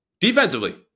defensively